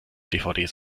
dvds